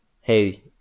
hey